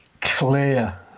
clear